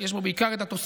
יש בו בעיקר את התוספות